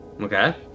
Okay